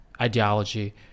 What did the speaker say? ideology